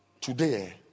today